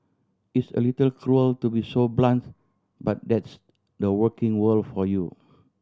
it's a little cruel to be so blunt but that's the working world for you